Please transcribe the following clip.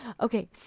Okay